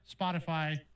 Spotify